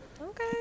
Okay